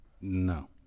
No